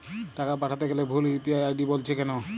টাকা পাঠাতে গেলে ভুল ইউ.পি.আই আই.ডি বলছে কেনো?